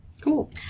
Cool